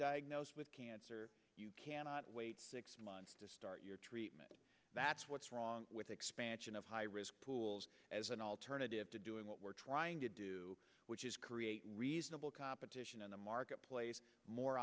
diagnosed with cancer you cannot wait six months to start your treatment that's what's wrong with expansion of high risk pools as an alternative to doing what we're trying to do which is create reasonable competition in the marketplace more